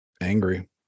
angry